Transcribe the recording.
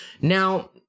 Now